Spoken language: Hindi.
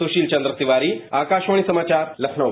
सुशील चन्द्र तिवारी आकाशवाणी समाचार लखनऊ